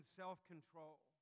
self-control